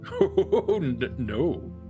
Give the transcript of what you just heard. No